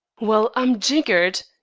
well, i'm jiggered!